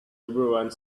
everyone